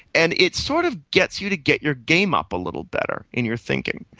and it sort of gets you to get your game up a little better in your thinking.